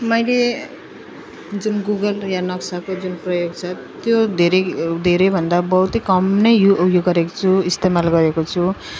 मैले जुन गुगल वा नक्साको जुन प्रयोग छ त्यो धेरै धेरै भन्दा बहुत कम नै उयो गरेको छु इस्तेमाल गरेको छु